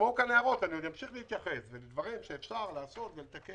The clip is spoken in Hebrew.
הושמעו כאן הערות ואני עוד אמשיך להתייחס לדברים שאפשר לעשות ולתקן.